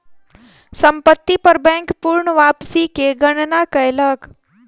संपत्ति पर बैंक पूर्ण वापसी के गणना कयलक